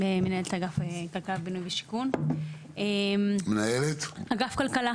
מנהל מקרקעי ישראל, מי נמצא כאן?